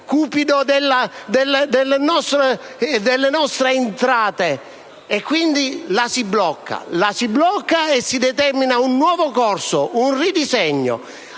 cupido delle nostre entrate, pertanto la si blocca, e si determina un nuovo corso, un ridisegno.